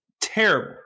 Terrible